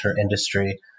industry